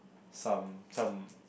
some some